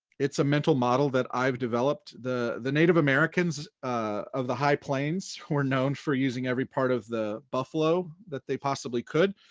it's a mental model that i've developed. the the native americans of the high plains who are known for using every part of the buffalo that they possibly could,